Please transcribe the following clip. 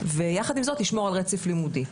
ויחד עם זאת לשמור על רצף לימודי.